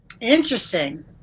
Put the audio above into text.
Interesting